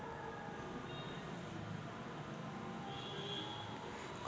कर्जाचा फारम भरताना मले कोंते कागद जोडा लागन?